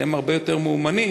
שהם הרבה יותר מאומנים,